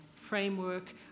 framework